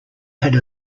had